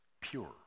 pure